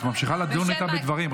את ממשיכה לדון איתה בדברים.